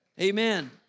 Amen